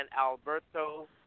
Alberto